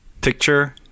picture